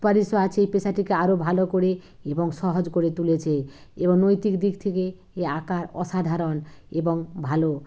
সুপারিশও আছে এই পেশাটিকে আরও ভালো করে এবং সহজ করে তুলেছে এবং নৈতিক দিক থেকে এ আকার অসাধারণ এবং ভালো